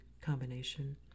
combination